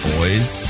Boys